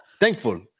thankful